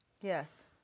Yes